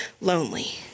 lonely